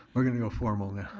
we're gonna go formal now.